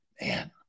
man